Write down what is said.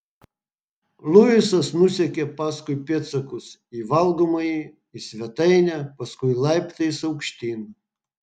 luisas nusekė paskui pėdsakus į valgomąjį į svetainę paskui laiptais aukštyn